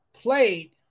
played